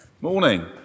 Morning